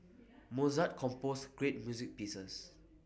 Mozart composed great music pieces